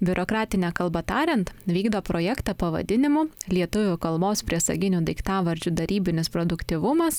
biurokratine kalba tariant vykdo projektą pavadinimu lietuvių kalbos priesaginių daiktavardžių darybinis produktyvumas